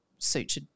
sutured